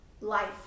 life